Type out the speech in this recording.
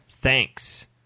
thanks